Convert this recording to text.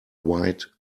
wide